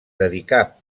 dedicà